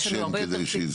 יש לנו הרבה יותר.